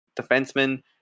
defenseman